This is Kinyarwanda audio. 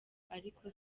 ariko